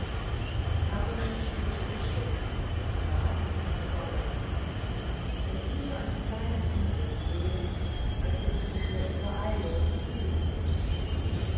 darum schritt für schritt gemach und besonnen und lieber einen kleinen umweg gehen als sich in der übereilung zu viel zumuten